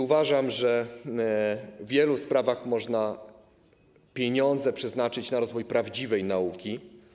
Uważam, że w wielu sprawach pieniądze można przeznaczyć na rozwój prawdziwej nauki.